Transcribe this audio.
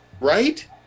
right